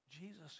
Jesus